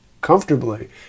comfortably